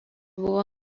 buvo